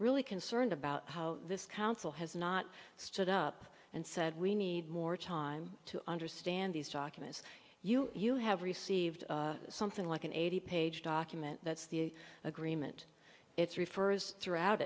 really concerned about how this council has not stood up and said we need more time to understand these documents you you have received something like an eighty page document that's the agreement it's refers throughout